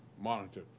Monitor